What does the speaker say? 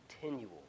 continual